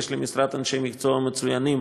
ויש למשרד אנשי מקצוע מצוינים